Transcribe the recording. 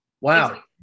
Wow